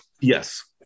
Yes